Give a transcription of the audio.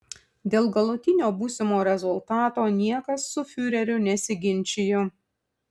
dėl galutinio būsimo rezultato niekas su fiureriu nesiginčijo